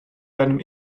deinem